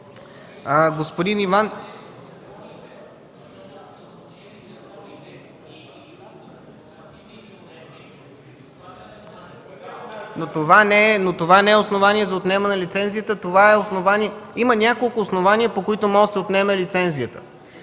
Това не е основание за отнемане на лицензиите. Има няколко основания, по които може да се отнеме лиценз.